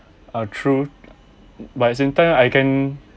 ah true but in time I can